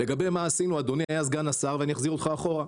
לגבי מה שעשינו אדוני היה סגן השר ואחזיר אותך אחורה.